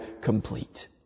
complete